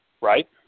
Right